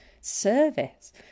service